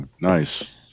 nice